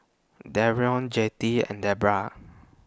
Darrion Jettie and Debroah